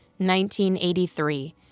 1983